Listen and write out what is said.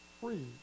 free